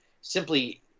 simply